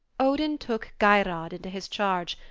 odin took geirrod into his charge,